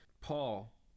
Paul